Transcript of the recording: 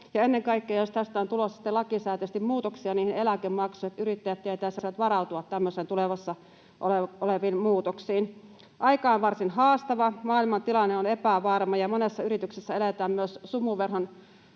ennen kaikkea siitä, jos tästä on tulossa sitten lakisääteisesti muutoksia niihin eläkemaksuihin, niin että yrittäjät tietäisivät varautua tämmöisiin tulossa oleviin muutoksiin. Aika on varsin haastava, maailman tilanne on epävarma, ja myös monessa yrityksessä eletään sumuverhon